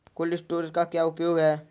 Cold storage का क्या उपयोग है?